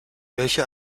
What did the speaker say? welche